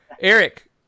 Eric